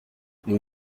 nous